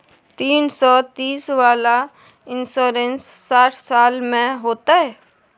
तीन सौ तीस वाला इन्सुरेंस साठ साल में होतै?